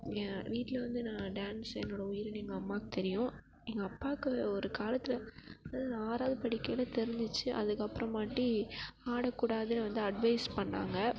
வீட்டில் வந்து நான் டான்ஸ் என்னோட உயிருன்னு எங்கள் அம்மாவுக்கு தெரியும் எங்கள் அப்பாவுக்கு ஒரு காலத்தில் அதாவது நான் ஆறாவது படிக்கையில் தெரிஞ்சிச்சு அதுக்கப்புறமாட்டி ஆடக்கூடாதுன்னு வந்து அட்வைஸ் பண்ணிணாங்க